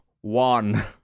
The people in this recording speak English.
one